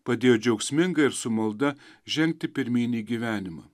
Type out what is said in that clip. padėjo džiaugsmingai ir su malda žengti pirmyn į gyvenimą